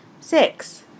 Six